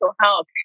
health